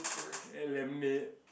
eh lemonade